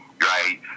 right